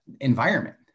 environment